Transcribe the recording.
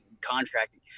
contracting